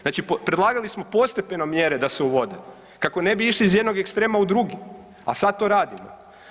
Znači predlagali smo postepeno mjere da se uvode kako ne bi išli iz jednog ekstrema u drugi, a sad to radimo.